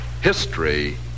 history